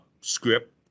script